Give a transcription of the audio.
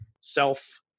self